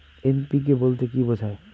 NPK বলতে কী বোঝায়?